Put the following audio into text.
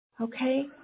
Okay